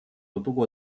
度过